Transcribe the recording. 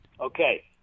Okay